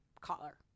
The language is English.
collar